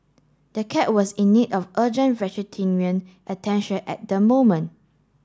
the cat was in need of urgent attention at the moment